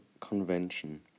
Convention